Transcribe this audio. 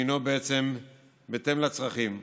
שהוא בהתאם לצרכים.